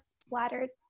splattered